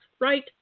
right